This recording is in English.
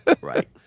Right